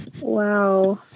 Wow